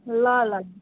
ल ल